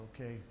okay